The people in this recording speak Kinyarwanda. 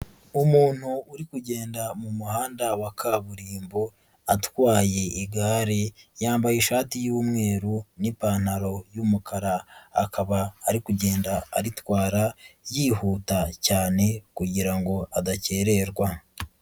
Umuntu uri kugenda mu muhanda wa kaburimbo atwaye igare yambaye ishati y'umweru n'ipantaro y'umukara, akaba ari kugenda aritwara yihuta cyane kugira ngo adakerererwa.